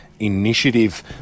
initiative